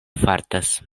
fartas